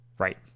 Right